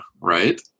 right